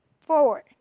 forward